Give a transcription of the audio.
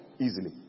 easily